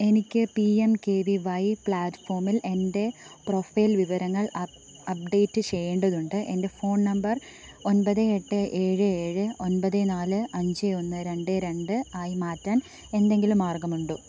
എനിക്ക് P M K V Y പ്ലാറ്റ്ഫോമിൽ എൻ്റെ പ്രൊഫൈൽ വിവരങ്ങൾ അപ്പ് അപ്ഡേറ്റ് ചെയ്യേണ്ടതുണ്ട് എൻ്റെ ഫോൺ നമ്പർ ഒൻപത് എട്ട് ഏഴ് ഏഴ് ഒൻപത് നാല് അഞ്ച് ഒന്ന് രണ്ട് രണ്ട് ആയി മാറ്റാൻ എന്തെങ്കിലും മാർഗ്ഗമുണ്ടോ